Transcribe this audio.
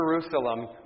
Jerusalem